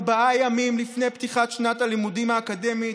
ארבעה ימים לפני פתיחת שנת הלימודים האקדמית,